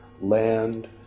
land